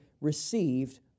received